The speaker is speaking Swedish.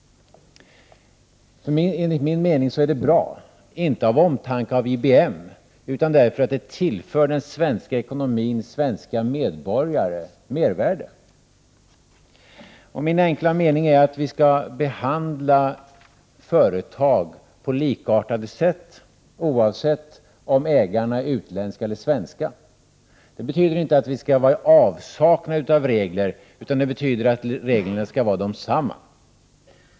Enligt min mening är det bra, inte av omtanke om IBM utan därför att det tillför den svenska ekonomin och de svenska medborgarna mervärde. Min enkla mening är att vi skall behandla företag på likartat sätt, oavsett om ägarna är utländska eller svenska. Det betyder inte att vi inte skall ha regler, utan det betyder att reglerna skall vara detsamma.